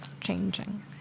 changing